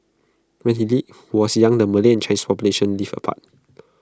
when he was young the Malay Chinese for populations lived apart